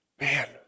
Man